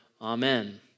amen